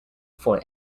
for